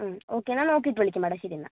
okay എന്നാൽ നോക്കിയിട്ട് വിളിക്ക് മാഡം ശരിയെന്നാൽ